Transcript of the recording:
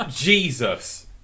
Jesus